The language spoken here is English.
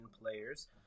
players